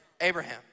Abraham